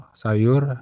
sayur